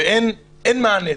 ואין מענה.